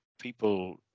People